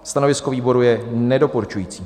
Stanovisko výboru je nedoporučující.